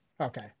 okay